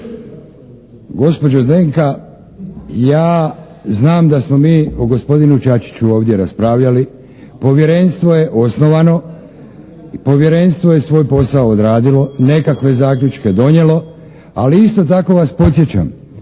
Gospođo Zdenka ja znam da smo mi o gospodinu Čačiću ovdje raspravljali. Povjerenstvo je osnovano i povjerenstvo je svoj posao odradilo, nekakve zaključke donijelo. Ali isto tako vas podsjećam